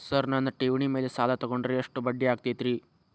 Sir ನನ್ನ ಠೇವಣಿ ಮೇಲೆ ಸಾಲ ತಗೊಂಡ್ರೆ ಎಷ್ಟು ಬಡ್ಡಿ ಆಗತೈತ್ರಿ?